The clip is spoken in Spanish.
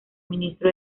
ministro